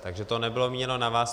Takže to nebylo míněno na vás.